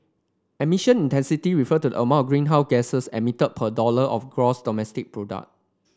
emission intensity refer to the amount of greenhouse gas's emitted per dollar of gross domestic product